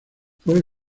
fue